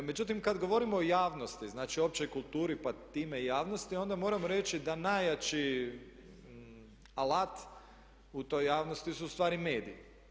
Međutim, kad govorimo o javnosti, znači općoj kulturi pa time i javnosti onda moram reći da najjači alat u toj javnosti su u stvari mediji.